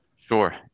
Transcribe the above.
Sure